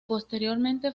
posteriormente